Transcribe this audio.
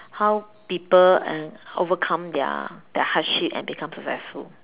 how people uh overcome their their hardship and become successful